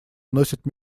носит